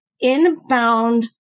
inbound